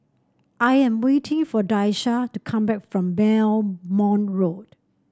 I am waiting for Daisha to come back from Belmont Road